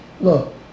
look